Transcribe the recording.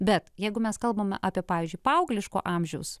bet jeigu mes kalbame apie pavyzdžiui paaugliško amžiaus